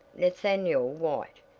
nathaniel white,